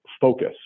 focus